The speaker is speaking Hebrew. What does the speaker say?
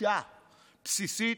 חולשה בסיסית,